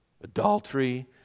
adultery